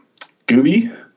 Gooby